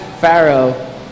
Pharaoh